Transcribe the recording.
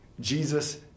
Jesus